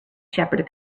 shepherd